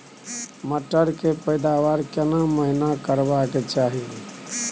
मटर के पैदावार केना महिना करबा के चाही?